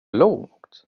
långt